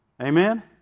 Amen